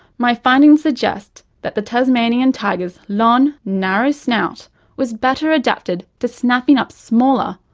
my findings suggest that the tasmanian tiger's long narrow snout was better adapted to snapping up smaller,